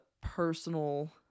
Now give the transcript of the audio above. personal